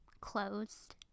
closed